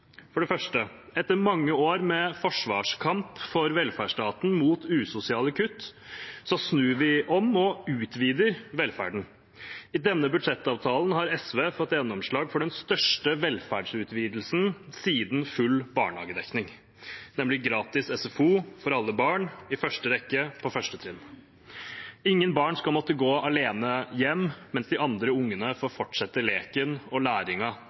For det første, etter mange år med forsvarskamp for velferdsstaten mot usosiale kutt, snur vi om og utvider velferden. I denne budsjettavtalen har SV fått gjennomslag for den største velferdsutvidelsen siden full barnehagedekning, nemlig gratis SFO for alle barn – i første rekke for første trinn. Ingen barn skal på grunn av foreldrenes økonomi måtte gå alene hjem mens de andre ungene får fortsette leken og